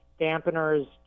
dampeners